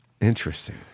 Interesting